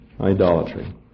idolatry